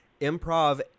improv